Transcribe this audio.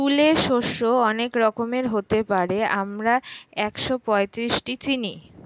তুলে শস্য অনেক রকমের হতে পারে, আমরা একশোপঁয়ত্রিশটি চিনি